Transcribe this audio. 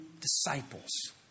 disciples